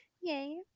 Yay